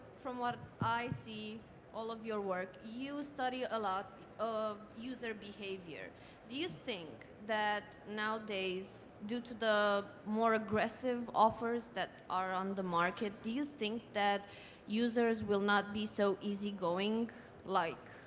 from what i see, from all of your work, you study a lot of user behaviour do you think that nowadays, due to the more aggressive offers that are on the market, do you think that users will not be so easygoing like